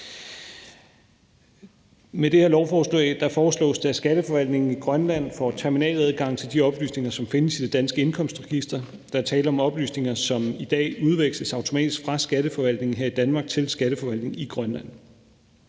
Med det her lovforslag foreslås det for det første, at skatteforvaltningen i Grønland får terminaladgang til de oplysninger, som findes i det danske indkomstregister. Der er tale om oplysninger, som i dag udveksles automatisk fra Skatteforvaltningen her i Danmark til skatteforvaltningen i Grønland.